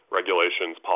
regulations